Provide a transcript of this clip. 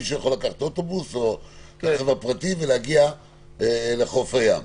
מישהו יכול לקחת אוטובוס או רכב פרטי ולהגיע לחוף הים.